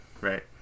Right